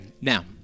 now